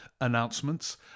announcements